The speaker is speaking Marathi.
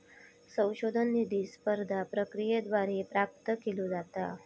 संशोधन निधी स्पर्धा प्रक्रियेद्वारे प्राप्त केलो जाता